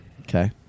Okay